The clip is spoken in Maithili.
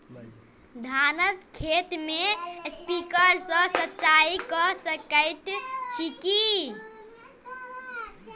धानक खेत मे स्प्रिंकलर सँ सिंचाईं कऽ सकैत छी की?